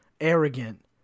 arrogant